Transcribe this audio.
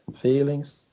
feelings